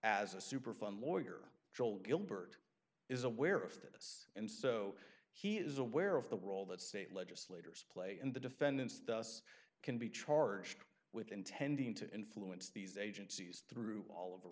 as a superfund lawyer joel gilbert is aware of this and so he is aware of the role that state legislators play and the defendants thus can be charged with intending to influence these agencies through all o